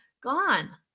gone